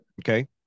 Okay